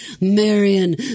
Marion